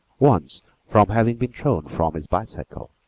once from having been thrown from his bicycle,